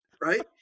right